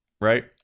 Right